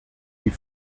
die